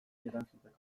erantzuteko